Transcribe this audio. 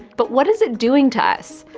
but what is it doing to us?